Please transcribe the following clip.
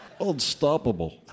Unstoppable